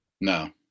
No